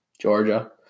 Georgia